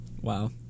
wow